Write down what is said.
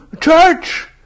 church